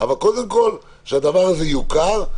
אבל קודם כול שהדבר הזה יוכר.